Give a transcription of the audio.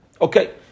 Okay